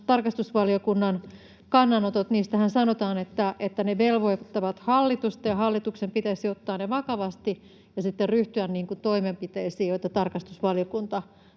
tarkastusvaliokunnan kannanotoistahan sanotaan, että ne velvoittavat hallitusta ja hallituksen pitäisi ottaa ne vakavasti ja sitten ryhtyä toimenpiteisiin, joita tarkastusvaliokunta